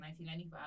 1995